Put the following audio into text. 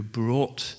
brought